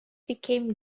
became